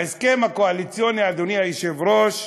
בהסכם הקואליציוני, אדוני היושב-ראש,